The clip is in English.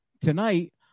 tonight